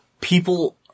people